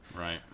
right